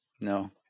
no